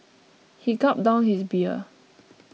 he gulped down his beer